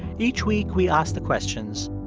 each week, we ask the questions,